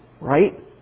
Right